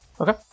Okay